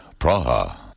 Praha